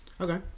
Okay